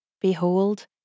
behold